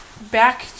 back